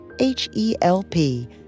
H-E-L-P